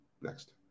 next